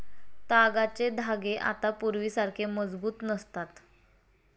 तागाचे धागे आता पूर्वीसारखे मजबूत नसतात